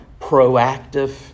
proactive